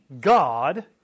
God